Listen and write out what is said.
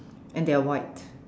and they're white